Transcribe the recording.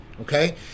okay